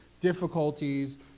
difficulties